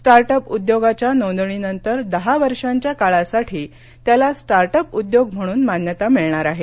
start up उद्योगाच्या नोंदणीनंतर दहा वर्षाच्या काळासाठी त्याला स्टार्टअप उद्योग म्हणून मान्यता मिळणार आहे